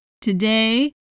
today